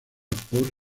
por